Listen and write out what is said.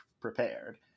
prepared